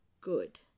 good